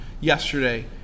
yesterday